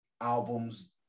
albums